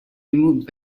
removed